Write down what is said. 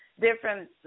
Different